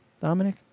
Dominic